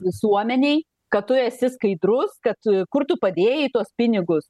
visuomenei kad tu esi skaidrus kad kur tu padėjai tuos pinigus